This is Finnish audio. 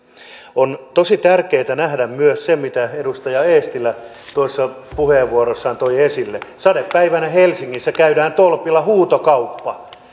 on tosi tärkeätä nähdä myös se mitä edustaja eestilä tuossa puheenvuorossaan toi esille sadepäivänä helsingissä käydään tolpilla huutokauppa että